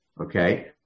Okay